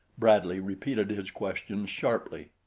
bradley repeated his questions sharply.